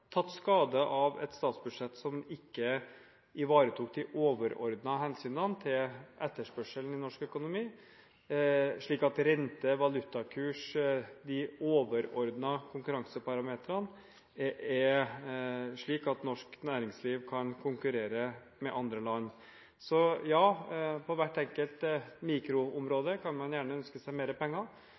tatt skade av et statsbudsjett som ikke ivaretok hensynet til de overordnede konkurranseparametrene, som etterspørselen i norsk økonomi, renten og valutakursen, slik at norsk næringsliv kan konkurrere med andre land. Så ja, for hvert enkelt mikroområde kan man gjerne ønske seg mer penger.